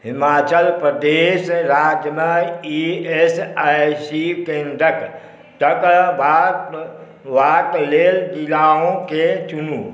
हिमाचल प्रदेश राज्यमे E S I C केन्द्रके तकबाके लेल जिलाके चुनू